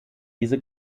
diese